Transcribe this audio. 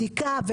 בדיקה,